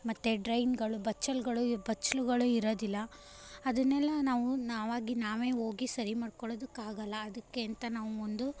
ಮತ್ತು ಡ್ರೈನ್ಗಳು ಬಚ್ಚಲುಗಳು ಬಚ್ಚಲುಗಳು ಇರೋದಿಲ್ಲ ಅದನ್ನೆಲ್ಲ ನಾವು ನಾವಾಗಿ ನಾವೇ ಹೋಗಿ ಸರಿ ಮಾಡ್ಕೊಳ್ಳೋದಕ್ಕಾಗೋಲ್ಲ ಅದಕ್ಕೆ ಅಂತ ನಾವು ಒಂದು